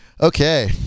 Okay